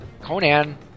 Conan